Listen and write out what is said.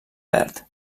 verd